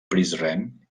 prizren